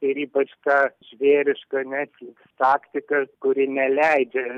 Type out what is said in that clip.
ir ypač ta žvėriška netflix taktika kuri neleidžia